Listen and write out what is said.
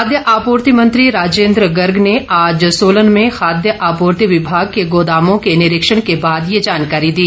खाद्य आपूर्ति मंत्री राजेंद्र गर्ग ने आज सोलन में खाद्य आपूर्ति विभाग के गोदामों के निरीक्षण के बाद ये जानकारी दी